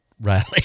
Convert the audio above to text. rally